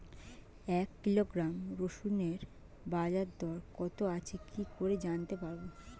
এক কিলোগ্রাম রসুনের বাজার দর কত যাচ্ছে কি করে জানতে পারবো?